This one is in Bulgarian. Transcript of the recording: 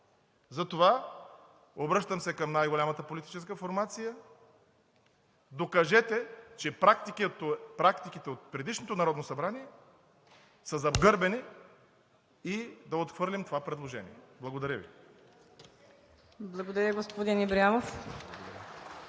Затова, обръщам се към най-голямата политическа формация: докажете, че практиките от предишното Народно събрание са загърбени, и да отхвърлим това предложение. Благодаря Ви. (Ръкопляскания от